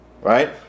Right